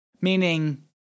meaning